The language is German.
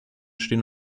stehen